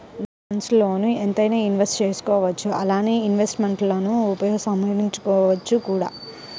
debt ఫండ్స్ల్లో ఎంతైనా invest చేయవచ్చు అలానే ఇన్వెస్ట్మెంట్స్ను ఉపసంహరించుకోవచ్చు కూడా